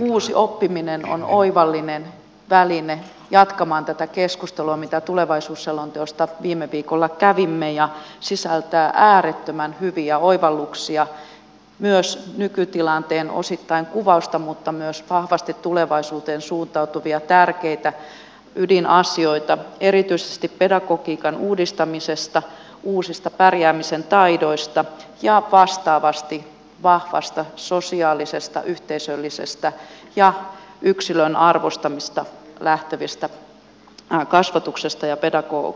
uusi oppiminen on oivallinen väline jatkamaan tätä keskustelua mitä tulevaisuusselonteosta viime viikolla kävimme ja sisältää äärettömän hyviä oivalluksia nykytilanteen osittaista kuvausta mutta myös vahvasti tulevaisuuteen suuntautuvia tärkeitä ydinasioita erityisesti pedagogiikan uudistamisesta uusista pärjäämisen taidoista ja vastaavasti vahvasta sosiaalisesta yhteisöllisestä ja yksilön arvostamisesta lähtevästä kasvatuksesta ja pedagogiikasta